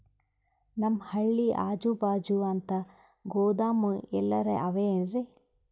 ನಮ್ ಹಳ್ಳಿ ಅಜುಬಾಜು ಅಂತ ಗೋದಾಮ ಎಲ್ಲರೆ ಅವೇನ್ರಿ?